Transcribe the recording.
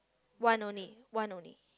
one only